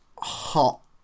hot